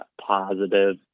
positive